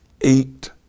eight